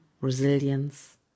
resilience